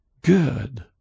good